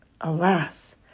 Alas